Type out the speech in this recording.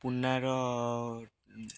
ପୁନାର